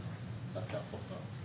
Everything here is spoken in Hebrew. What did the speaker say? הצגנו עם הצגת החוק.